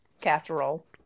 casserole